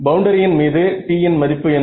பவுண்டரியின் மீது T இன் மதிப்பு என்ன